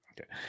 Okay